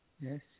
Yes